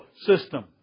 system